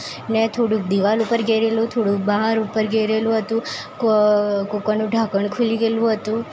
ને થોડુક દીવાલ ઉપર ગીરેલું થોડુક બહાર ઉપર ગીરેલું હતું કૂકરનું ઢાંકણ ખૂલી ગેલું હતું